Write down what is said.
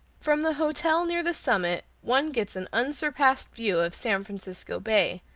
from the hotel near the summit one gets an unsurpassed view of san francisco bay,